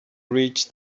reached